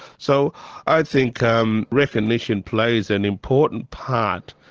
so i think um recognition plays an important part,